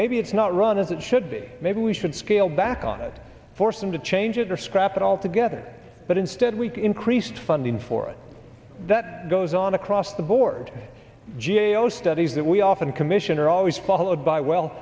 maybe it's not run as it should be maybe we should scale back on it force them to change it or scrap it altogether but instead week increased funding for it that goes on across the board g a o studies that we often commission are always followed by well